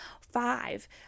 five